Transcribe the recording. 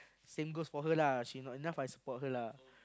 same goes for her lah she not enough I support her lah